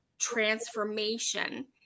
Transformation